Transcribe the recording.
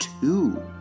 two